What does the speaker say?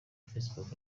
facebook